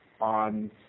on